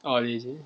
oh is it